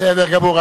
בסדר גמור.